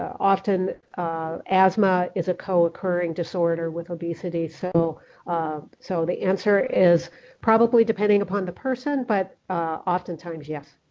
often asthma is a co occurring disorder with obesity, so so the answer is probably depending upon the person, but oftentimes, yes.